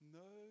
no